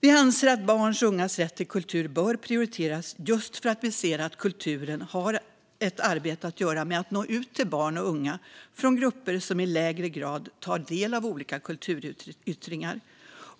Vi anser att barns och ungas rätt till kultur bör prioriteras just för att vi ser att kulturen har ett arbete att göra med att nå ut till barn och unga från grupper som i lägre grad tar del av olika kulturyttringar.